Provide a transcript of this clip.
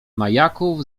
majaków